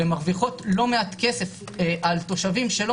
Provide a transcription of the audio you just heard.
והן מרוויחות לא מעט כסף על תושבים שלא